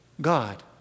God